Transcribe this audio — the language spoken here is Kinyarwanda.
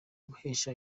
guhesha